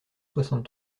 soixante